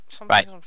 Right